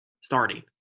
starting